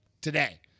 today